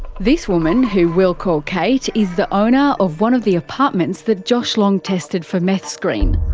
this woman, who we'll call kate, is the owner of one of the apartments that josh long tested for meth screen.